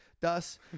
Thus